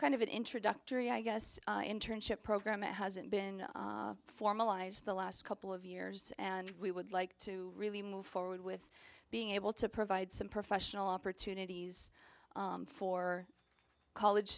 kind of an introductory i guess internship program that hasn't been formalized the last couple of years and we would like to really move forward with being able to provide some professional opportunities for college